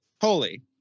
Holy